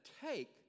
take